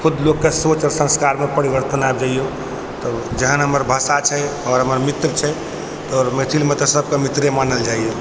खुद लोकके सोच आओर संस्कारमे परिवर्तन आबि जाइ अइ तऽ जहन हमर भाषा छै आओर हमर मित्र छै आओर मैथिलमे तऽ सबके मित्रे मानल जाइ अइ